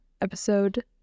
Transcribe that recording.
episode